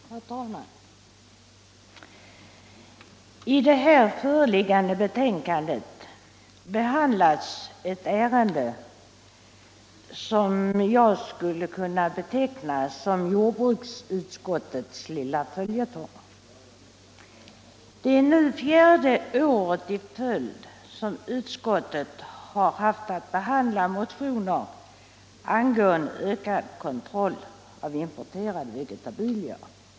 Herr talman! I det här föreliggande betänkandet behandlas ett ärende som jag skulle kunna betekna som jordbruksutskottets lilla följetong. Det är nu fjärde året i följd som utskottet har haft att behandla motioner angående ökad kontroll av importerade vegetabilier.